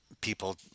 people